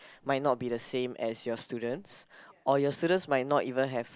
might not be the same as your students or your students might not even have